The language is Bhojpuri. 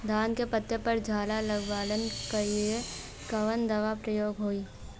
धान के पत्ती पर झाला लगववलन कियेपे कवन दवा प्रयोग होई?